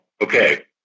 okay